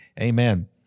Amen